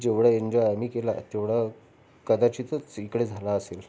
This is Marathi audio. जेवढं एंजॉय आम्ही केला तेवढं कदाचितच इकडे झाला असेल